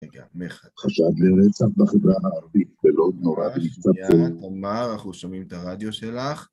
רגע, מחד. חשד לרצח בחברה הערבית, ולא נורא בשביל זה. רגע, תמר, אנחנו שומעים את הרדיו שלך.